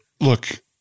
Look